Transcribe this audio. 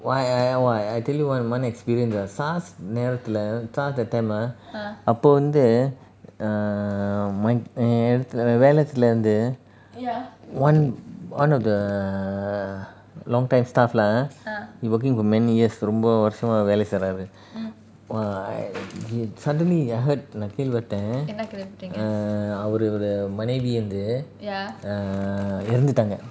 why I I why I tell you one one experience the SARS நேரத்துல SARS time அப்போ வந்து:nerathula saars time apo vanthu (err)my வேலை செய்றதுல இருந்து:velai seirathula irunthu one one of the long time staff lah we working for many years ரொம்ப வருஷமா வேலை செய்றாரு:romba varushama velai seiraru !wah! I suddenly I heard கேள்வி பட்டேன்:kelvi paten err அவரோட மனைவி வந்து இறந்துட்டாங்க:avaroda manaivi vanthu eranthutanga